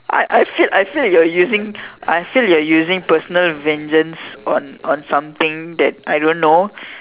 I I feel I feel you're using I feel you're using personal vengeance on on something that I don't know